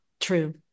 true